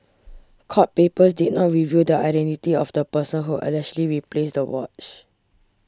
court papers did not reveal the identity of the person who allegedly replaced the watch